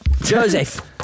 Joseph